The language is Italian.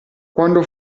quando